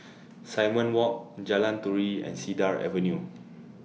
Simon Walk Jalan Turi and Cedar Avenue